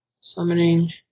Summoning